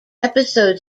episode